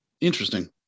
Interesting